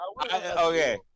Okay